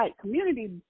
community